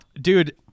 dude